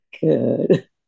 good